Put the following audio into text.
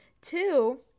two